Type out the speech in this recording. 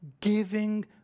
giving